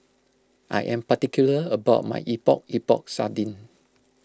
I am particular about my Epok Epok Sardin